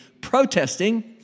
protesting